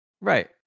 right